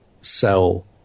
sell